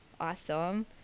Awesome